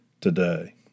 today